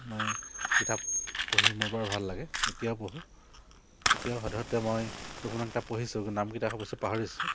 মই কিতাপ পঢ়ি মোৰ বৰ ভাল লাগে এতিয়াও পঢ়োঁ এতিয়াও সাধাৰতে মই দুখনমান কিতাপ পঢ়িছোঁ নামবিলাক অৱশ্যে পাহৰিছোঁ